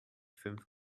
fünf